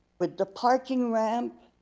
with the parking ramp,